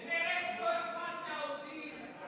למרצ לא אכפת מהעובדים.